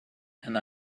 and